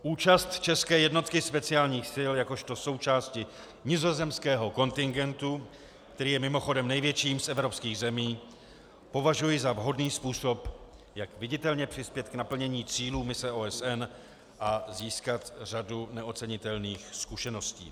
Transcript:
Účast české jednotky speciálních sil jakožto součásti nizozemského kontingentu, který je mimochodem největším z evropských zemí, považuji za vhodný způsob, jak viditelně přispět k naplnění cílů mise OSN a získat řadu neocenitelných zkušeností.